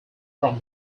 from